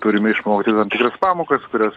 turime išmokti tam tikras pamokas kurias